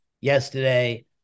yesterday